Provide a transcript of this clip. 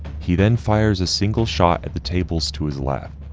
he then fires a single shot at the tables to his left,